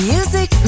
Music